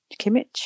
Kimmich